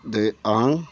दे आं